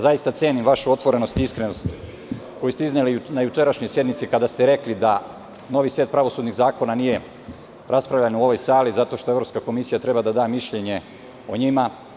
Zaista cenim vašu otvorenost i iskrenost koju ste izneli na jučerašnjoj sednici, kada ste rekli da novi set pravosudnih zakona nije raspravljan u ovoj sali zato što Evropska komisija treba da da mišljenje o njima.